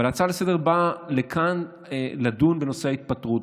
אבל ההצעה לסדר-היום באה לכאן לדון בנושא ההתפטרות.